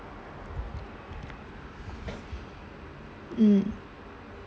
mm